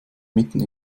mitten